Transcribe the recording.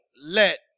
let